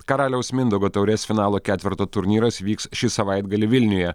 karaliaus mindaugo taurės finalo ketverto turnyras vyks šį savaitgalį vilniuje